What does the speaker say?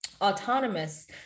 Autonomous